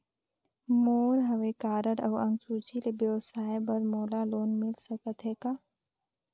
मोर हव कारड अउ अंक सूची ले व्यवसाय बर मोला लोन मिल सकत हे का?